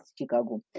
Chicago